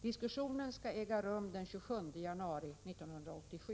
Diskussionen skall äga rum den 27 januari 1987.